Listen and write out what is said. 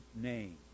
name